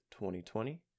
2020